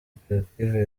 koperative